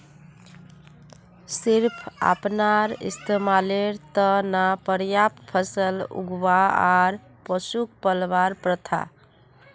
सिर्फ अपनार इस्तमालेर त न पर्याप्त फसल उगव्वा आर पशुक पलवार प्रथा